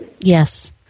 Yes